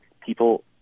people